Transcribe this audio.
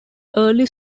early